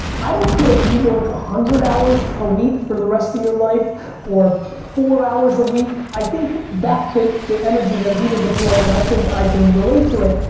i don't care if you work one ah hundred hours a week for the rest of your life or four hours a week, i think back to the energy that he was deploying and i think i can relate to it,